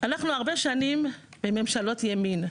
אנחנו הרבה שנים בממשלות ימין,